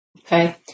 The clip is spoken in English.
Okay